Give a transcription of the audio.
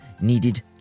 needed